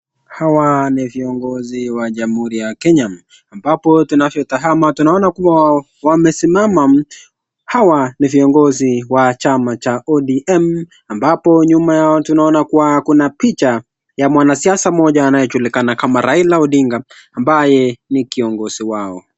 Hawa ni viongozi wa Jamuhuri ya Kenya, ambapo tunapotazama tunaona kuwa wamesimama. Hawa ni viongozi wa chama cha ODM ambapo nyuma yao tunaona kuwa kuna picha ya mwanasiasa mmoja anaye julikana kama Raila Odinga ambaye ni kiongozi wao.